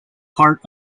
part